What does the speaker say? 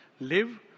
live